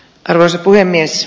arvoisa puhemies